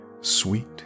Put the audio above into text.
Sweet